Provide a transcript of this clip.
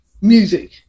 music